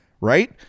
right